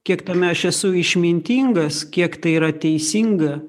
kiek tame aš esu išmintingas kiek tai yra teisinga